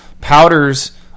powders